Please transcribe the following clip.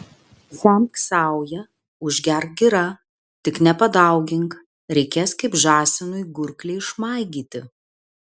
semk sauja užgerk gira tik nepadaugink reikės kaip žąsinui gurklį išmaigyti